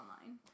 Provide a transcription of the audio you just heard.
online